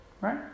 Right